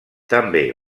també